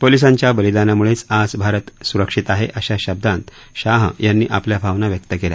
पोलिसांच्या बलिदानामुळेच आज भारत सुरक्षित आहे अशा शब्दांत शाह यांनी आपल्या भावना व्यक्त केल्या